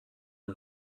این